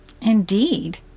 Indeed